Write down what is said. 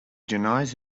denies